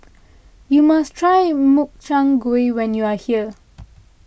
you must try Makchang Gui when you are here